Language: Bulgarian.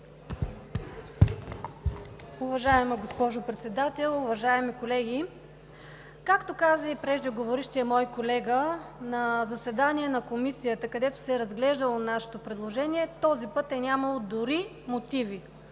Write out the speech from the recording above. Уважаема госпожо Председател, уважаеми колеги! Както каза и преждеговорившият мой колега, на заседание на Комисията, където се е разглеждало нашето предложение, този път е нямало дори мотиви